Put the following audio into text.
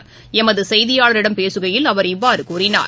ளமதுசெய்தியாளரிடம் பேசுகையில் அவர் இவ்வாறுகூறினார்